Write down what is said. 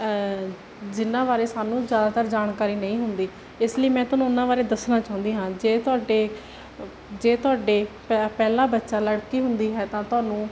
ਜਿਹਨਾਂ ਬਾਰੇ ਸਾਨੂੰ ਜ਼ਿਆਦਾਤਰ ਜਾਣਕਾਰੀ ਨਹੀਂ ਹੁੰਦੀ ਇਸ ਲਈ ਮੈਂ ਤੁਹਾਨੂੰ ਉਹਨਾਂ ਬਾਰੇ ਦੱਸਣਾ ਚਾਹੁੰਦੀ ਹਾਂ ਜੇ ਤੁਹਾਡੇ ਜੇ ਤੁਹਾਡੇ ਪੈ ਪਹਿਲਾਂ ਬੱਚਾ ਲੜਕੀ ਹੁੰਦੀ ਹੈ ਤਾਂ ਤੁਹਾਨੂੰ